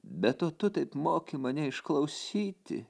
be to tu taip moki mane išklausyti